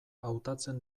hautatzen